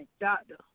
doctor